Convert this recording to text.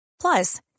Plus